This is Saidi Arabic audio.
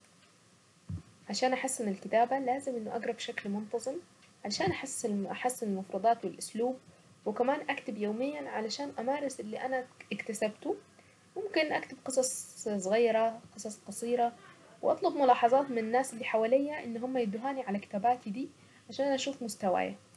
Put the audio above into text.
.عشان احسن الكتابة، لازم انه اقرأ بشكل منتظم عشان أحسن المفردات والاسلوب وكمان اكتب يوميا علشان امارس اللي انا اكتسبته، وممكن اكتب قصص صغيرة قصص قصيرة، واطلب ملاحظات من الناس اللي حواليا ان هم يدوهاني على كتاباتي دي عشان اشوف مستوايا.